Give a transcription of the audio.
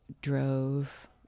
drove